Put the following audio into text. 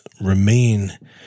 remain